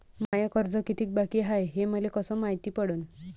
माय कर्ज कितीक बाकी हाय, हे मले कस मायती पडन?